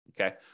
Okay